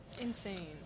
Insane